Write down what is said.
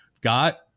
Got